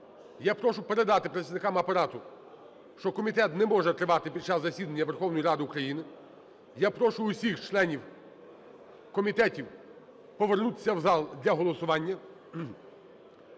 Я прошу передати представникам Апарату, що комітет не може тривати під час засідання Верховної Ради України. Я прошу усіх членів комітетів повернутися в зал для голосування,